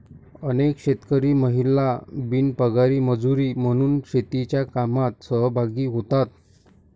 अनेक शेतकरी महिला बिनपगारी मजुरी म्हणून शेतीच्या कामात सहभागी होतात